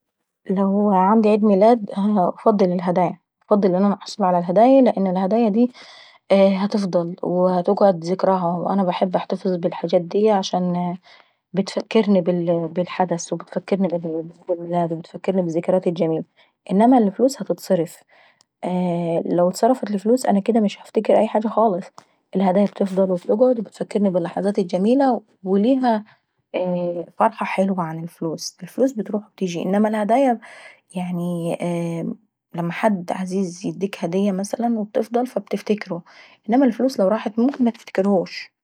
لووو عيندي عيد ميلاد انا انفضل الهدايا. انفضل انا انا نحصل ع الهدايا لان الهدايا داي هتفضل وهتقعد ذكراها ، وو انا بنحب نحتفظ بالحاجات دي عشان بتفكرني بالحدث وبتفكرني بالذكريات الجميلي. انما اللفلوس هتتصرف. لو اتصرفت اللفلوس انا اكديه مش هنفتكر حاجة خالص، الهدايا هتقعد وهي اللي بتفكرني باللحظات الجميلة، وليها اييه فرحة حلوة عن اللفلوس، الفلوس بتروح وبتييجاي انما الهدايا يعني اييه لما حد عزيز يديك هدية مثلا وبتفضل فهتفتكره انما الفلوس لو راحت ممكن متفتكرهوش.